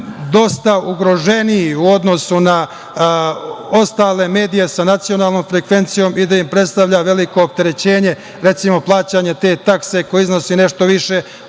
dosta ugroženiji u odnosu na ostale medije sa nacionalnom frekvencijom i da im predstavlja veliko opterećenje recimo plaćanje te takse, koja iznosi nešto više